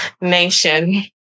nation